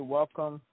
Welcome